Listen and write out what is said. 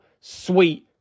sweet